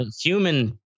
human